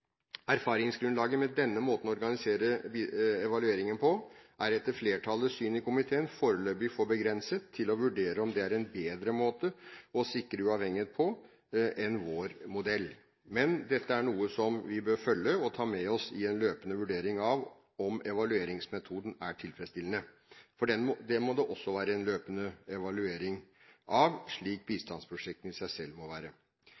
Erfaringsgrunnlaget med denne måten å organisere evalueringen på er etter flertallets syn i komiteen foreløpig for begrenset til å vurdere om det er en bedre måte å sikre uavhengighet på enn vår modell. Men dette er noe vi bør følge og ta med oss i en løpende vurdering av om evalueringsmetoden er tilfredsstillende, for den må også være til løpende evaluering, slik bistandsprosjektene i seg selv må være.